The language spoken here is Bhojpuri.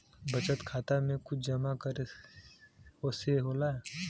बचत खाता मे कुछ जमा करे से होला?